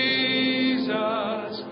Jesus